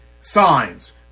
signs